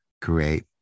create